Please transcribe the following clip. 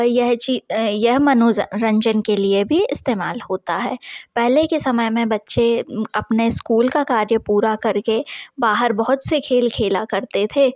यह यह मनोरंजन के लिए भी इस्तेमाल होता है पहले के समय में बच्चे अपने स्कूल का कार्य पूरा कर के बाहर बहुत से खेल खेला करते थे